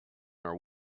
are